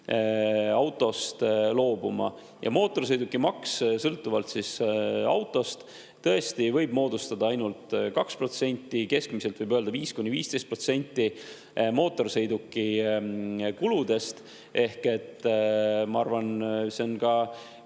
autost loobuma. Ja mootorsõidukimaks sõltuvalt autost võib moodustada ainult 2%, keskmiselt võib öelda 5–15% mootorsõiduki kuludest. Ma arvan, et see on ka